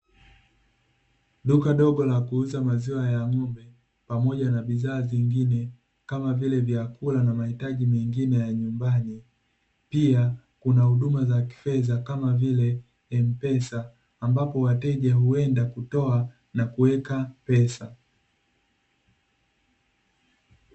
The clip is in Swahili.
Duka dogo la kuuza maziwa ya ng'ombe, pamoja na bidhaa zingine kama vile: vyakula na mahitaji mengine ya nyumbani. Pia kuna huduma za kifedha kama vile M-Pesa, ambapo wateja huenda kutoa na kuweka pesa.